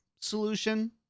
solution